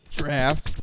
draft